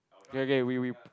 okay okay we we